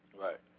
Right